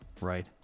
right